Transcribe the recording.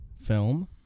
film